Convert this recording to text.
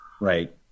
Right